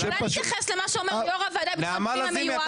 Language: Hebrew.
אולי תתייחס למה שאמר יו"ר הוועדה לביטחון פנים המיועד?